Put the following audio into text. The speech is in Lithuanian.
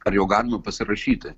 ar jau galima pasirašyti